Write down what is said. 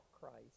Christ